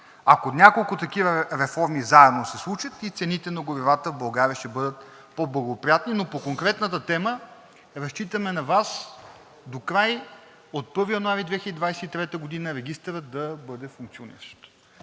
ако няколко такива реформи заедно се случат, цените на горивата в България ще бъдат по-благоприятни. Но по конкретната тема разчитаме на Вас докрай – от 1 януари 2023 г. регистърът да бъде функциониращ.